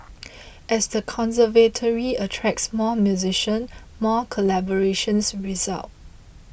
as the conservatory attracts more musician more collaborations result